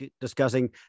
discussing